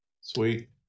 Sweet